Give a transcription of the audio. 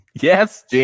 Yes